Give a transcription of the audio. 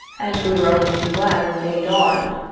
and we were only too glad when day dawned,